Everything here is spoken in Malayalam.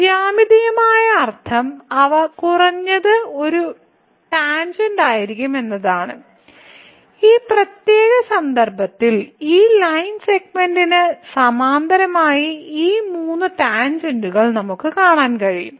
ജ്യാമിതീയ അർത്ഥം അവ കുറഞ്ഞത് ഒരു ടാൻജെന്റായിരിക്കും എന്നതാണ് ഈ പ്രത്യേക സന്ദർഭത്തിൽ ഈ ലൈൻ സെഗ്മെന്റിന് സമാന്തരമായ ഈ മൂന്ന് ടാൻജെന്റുകൾ നമുക്ക് കാണാൻ കഴിയും